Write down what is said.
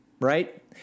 right